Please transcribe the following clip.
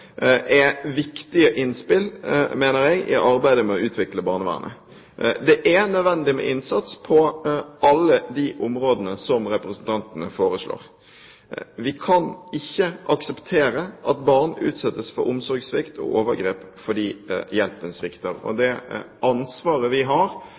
er et viktig innspill i arbeidet med å utvikle barnevernet. Det er nødvendig med innsats på alle de områdene som representantene foreslår. Vi kan ikke akseptere at barn utsettes for omsorgssvikt og overgrep fordi hjelpen svikter. Det ansvaret vi har for de